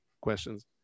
questions